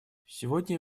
сегодня